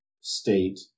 state